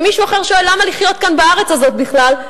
ומישהו אחר שואל: למה לחיות כאן בארץ הזאת בכלל,